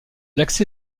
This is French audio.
l’accès